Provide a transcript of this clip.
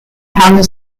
houses